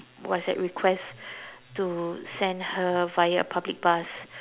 what's that request to send her via a public bus